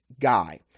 guy